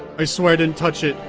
i swear i didn't touch it!